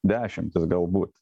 dešimtys galbūt